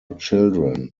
children